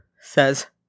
says